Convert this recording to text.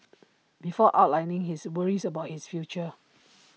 before outlining his worries about his future